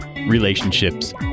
Relationships